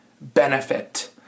benefit